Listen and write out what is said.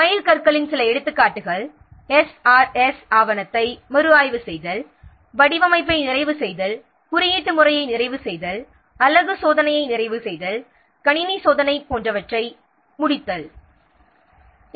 மைல்கற்களின் சில எடுத்துக்காட்டுகள் எஸ்ஆர்எஸ் ஆவணத்தை மறுஆய்வு செய்தல் வடிவமைப்பை நிறைவு செய்தல் குறியீட்டு முறையை நிறைவு செய்தல் அலகு சோதனையை நிறைவு செய்தல் கணினி சோதனை போன்றவற்றை முடித்தல் ஆகும்